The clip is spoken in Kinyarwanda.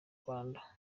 rwanda